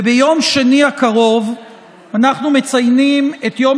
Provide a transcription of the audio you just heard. ביום שני הקרוב אנחנו מציינים את יום